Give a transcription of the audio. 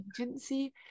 agency